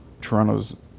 Toronto's